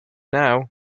now